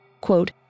Quote